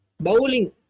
Bowling